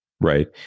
right